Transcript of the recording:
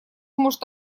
может